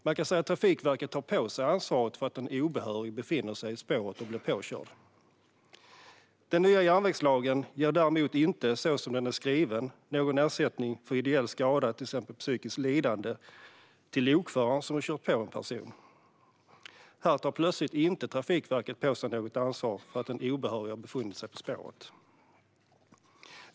Man kan säga att Trafikverket tar på sig ansvaret för att en obehörig befinner sig i spåret och blir påkörd. Den nya järnvägslagen ger däremot inte, så som den är skriven, någon ersättning för ideell skada för till exempel psykiskt lidande till lokföraren som kör på en person. Här tar plötsligt Trafikverket inte på sig något ansvar för att en obehörig har befunnit sig på spåret.